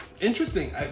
interesting